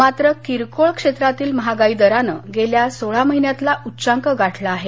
मात्र किरकोळ क्षेत्रातील महागाई दरानं गेल्या सोळा महिन्यातला उच्चांक गाठला आहे